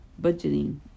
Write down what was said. budgeting